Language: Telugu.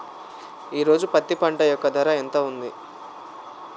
ఈ రోజు పత్తి పంట యొక్క ధర ఎంత ఉంది?